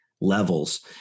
levels